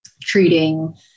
treating